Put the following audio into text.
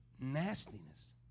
nastiness